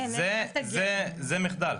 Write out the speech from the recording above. זה מחדל.